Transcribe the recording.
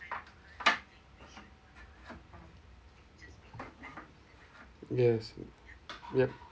yes yup